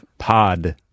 Pod